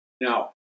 Now